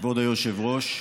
כבוד היושב-ראש,